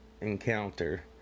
encounter